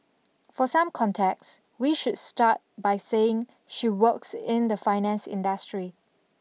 for some context we should start by saying she works in the finance industry